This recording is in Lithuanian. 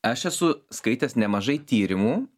aš esu skaitęs nemažai tyrimų